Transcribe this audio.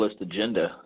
agenda